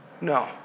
no